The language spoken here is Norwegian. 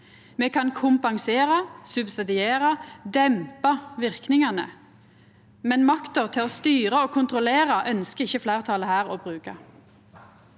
Me kan kompensera, subsidiera, dempa verknadene. Men makta til å styra og kontrollera ønskjer ikkje fleirtalet her å bruka.